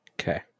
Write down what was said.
Okay